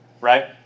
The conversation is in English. right